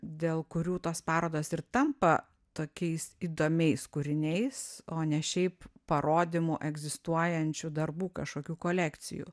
dėl kurių tos parodos ir tampa tokiais įdomiais kūriniais o ne šiaip parodymu egzistuojančių darbų kažkokių kolekcijų